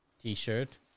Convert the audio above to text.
T-shirt